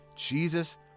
jesus